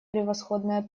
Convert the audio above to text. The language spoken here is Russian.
превосходное